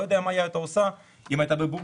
יודע מה היא היתה עושה אם היא היתה בבורסה.